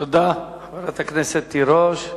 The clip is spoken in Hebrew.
תודה, חברת הכנסת תירוש.